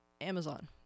amazon